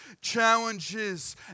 challenges